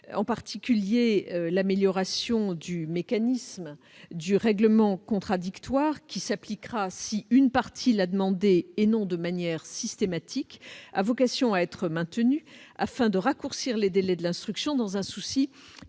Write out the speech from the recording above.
En particulier, l'amélioration du mécanisme du règlement contradictoire, qui s'appliquera si une partie l'a demandé et non de manière systématique, a vocation à être maintenu, afin de raccourcir les délais de l'instruction dans un souci